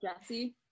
Jesse